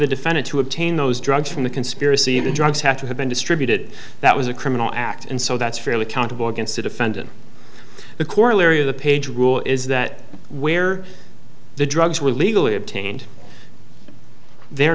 the defendant to obtain those drugs from the conspiracy the drugs have to have been distributed that was a criminal act and so that's fairly countable against the defendant the corollary of the page rule is that where the drugs were legally obtained the